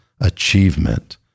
achievement